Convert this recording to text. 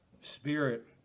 Spirit